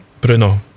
Bruno